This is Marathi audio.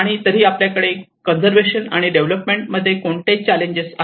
आणि तरीही आपल्याकडे कंजर्वेशन आणि डेव्हलपमेंट मध्ये कोणती चाललेंज आहेत